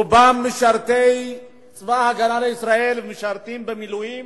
רובם משרתים בצבא-הגנה לישראל ומשרתים במילואים,